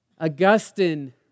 Augustine